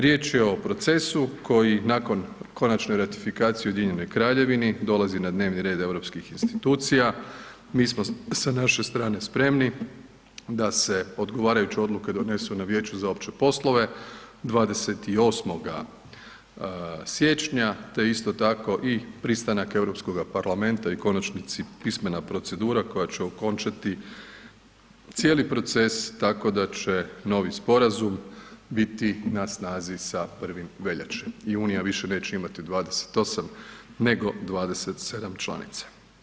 Riječ je o procesu koji nakon konačne ratifikacije u Ujedinjenoj Kraljevini dolazi na dnevni red europskih institucija, mi smo sa naše strane spremni da se odgovarajuće odluke donesu na Vijeću za opće poslove 28. siječnja, te isto tako i pristanak Europskoga parlamenta i u konačnici pismena procedura koja će okončati cijeli proces tako da će novi sporazum biti na snazi sa 1. veljače i Unija više neće imati 28 nego 27 članica.